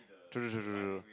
true true true true true